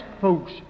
folks